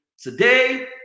Today